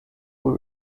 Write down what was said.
who